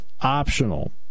optional